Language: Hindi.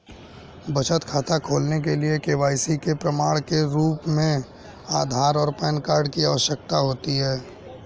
बचत खाता खोलने के लिए के.वाई.सी के प्रमाण के रूप में आधार और पैन कार्ड की आवश्यकता होती है